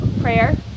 Prayer